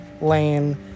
lane